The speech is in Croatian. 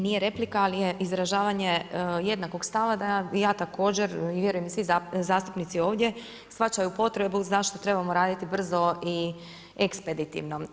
Nije replika ali je izražavanje jednakog stava da ja također vjerujem i svi zastupnici ovdje shvaćaju potrebu zašto trebamo raditi brzo i ekspeditivno.